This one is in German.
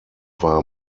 war